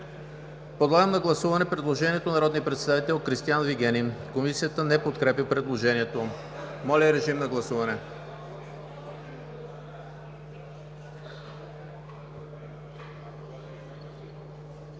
Подлагам на гласуване предложението на народния представител Кристиан Вигенин, което не се подкрепя от Комисията. Моля, режим на гласуване.